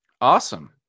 Awesome